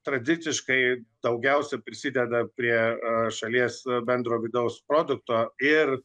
tradiciškai daugiausia prisideda prie šalies bendro vidaus produkto ir